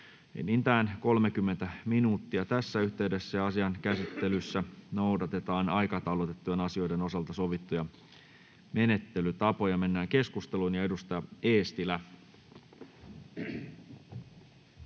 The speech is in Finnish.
enintään 30 minuuttia. Asian käsittelyssä noudatetaan aikataulutettujen asioiden osalta sovittuja menettelytapoja. — Edustaja Eestilä.